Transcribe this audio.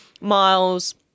miles